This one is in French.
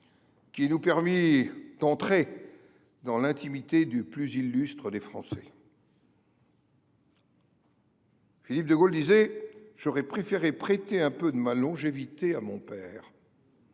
qui nous permit d’entrer dans l’intimité du plus illustre des Français. Philippe de Gaulle disait :« J’aurais préféré prêter un peu de ma longévité à mon père.